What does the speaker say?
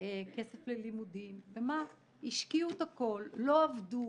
הכסף הלימודים, השקיעו את הכול, לא עבדו